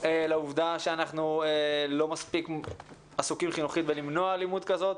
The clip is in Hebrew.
לעובדה שאנחנו לא מספיק עסוקים חינוכית בלמנוע אלימות כזאת,